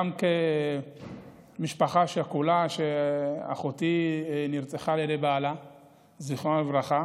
גם כמשפחה שכולה: אחותי, זיכרונה לברכה,